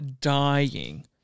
dying